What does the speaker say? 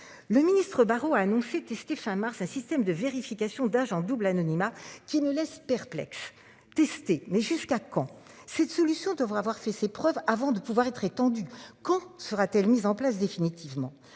Le ministre Barrot a annoncé testé fin mars à système de vérification d'agent double anonymat qui ne laisse perplexe testé mais jusqu'à quand. Cette solution devrait avoir fait ses preuves avant de pouvoir être étendue quand sera-t-elle mise en place définitivement